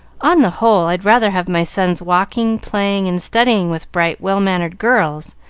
on the whole i'd rather have my sons walking, playing, and studying with bright, well-mannered girls,